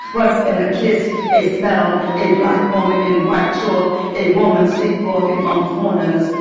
what's in a kiss, a smell, a black woman in white shorts. a woman sleepwalking on corners.